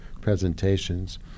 presentations